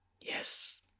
Yes